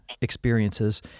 experiences